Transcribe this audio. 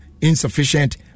insufficient